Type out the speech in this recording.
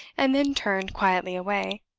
and then turned quietly away.